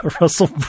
russell